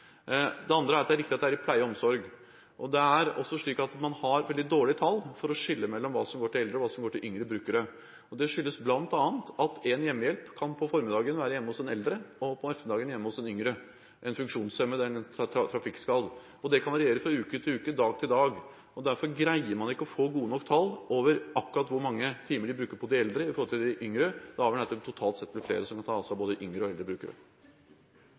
Det andre er at det er riktig at det er innen pleie og omsorg. Man har veldig dårlig tallmateriale for å kunne skille mellom hva som går til eldre, og hva som går til yngre brukere. Det skyldes bl.a. at én hjemmehjelp kan være hjemme hos en eldre på formiddagen og på ettermiddagen hjemme hos en yngre – en funksjonshemmet eller trafikkskadet. Det kan variere fra uke til uke, fra dag til dag. Derfor greier man ikke å få gode nok tall over akkurat hvor mange timer man bruker på de eldre i forhold til de yngre. Det avgjørende er at det totalt sett blir flere som kan ta seg av både yngre og eldre brukere.